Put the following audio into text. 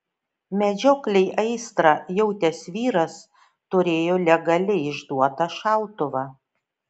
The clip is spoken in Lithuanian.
medžioklei aistrą jautęs vyras turėjo legaliai išduotą šautuvą